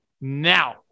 now